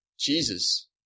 Jesus